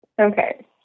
Okay